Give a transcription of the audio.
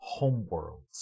homeworlds